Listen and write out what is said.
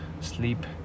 sleep